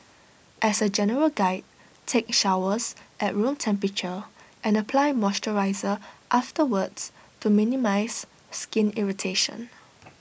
as A general guide take showers at room temperature and apply moisturiser afterwards to minimise skin irritation